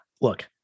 look